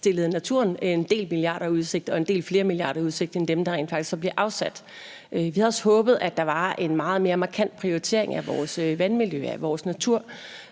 stillede naturen en del milliarder i udsigt og en del flere milliarder i udsigt end dem, der rent faktisk er blevet afsat. Vi havde også håbet, at der var en meget mere markant prioritering af vores vandmiljø og af vores natur,